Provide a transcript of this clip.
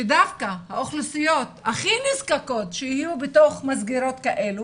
שדווקא האוכלוסיות הכי נזקקות שיהיו בתוך מסגרות כאלו,